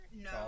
No